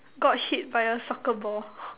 got hit by a soccer ball